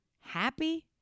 happy